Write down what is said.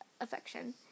affection